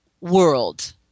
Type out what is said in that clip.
world